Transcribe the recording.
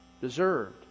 deserved